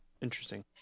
Interesting